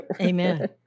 Amen